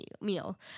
meal